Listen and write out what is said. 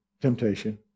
temptation